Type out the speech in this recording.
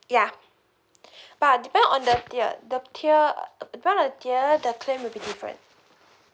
ya but depend on the tier the tier uh depend on the tier the claim will be different